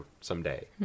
someday